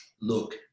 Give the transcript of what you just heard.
look